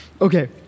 okay